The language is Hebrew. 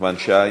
נחמן שי?